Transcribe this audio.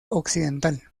occidental